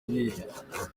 iriya